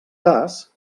cas